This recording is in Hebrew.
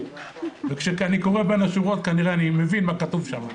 וכנראה אני מבין מה כתוב שם.